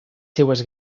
seues